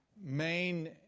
main